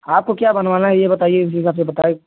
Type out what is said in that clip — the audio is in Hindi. आपको क्या बनवाना है ये बताइए उसी हिसाब से बताएं